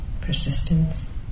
persistence